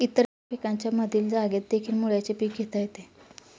इतर पिकांच्या मधील जागेतदेखील मुळ्याचे पीक घेता येते